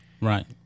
Right